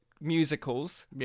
musicals